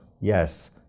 yes